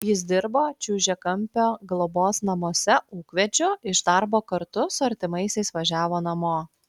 jis dirbo čiužiakampio globos namuose ūkvedžiu iš darbo kartu su artimaisiais važiavo namo